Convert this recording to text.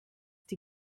die